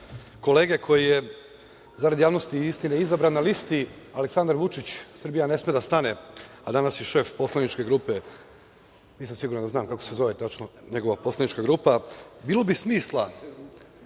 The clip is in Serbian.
kolege koji je, zarad javnosti i istine, izabran na listi „Aleksandar Vučić – Srbija ne sme da stane“, a danas je šef poslaničke grupe, nisam siguran da znam kako se zove tačno njegova poslanička grupa, imao bi više